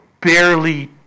barely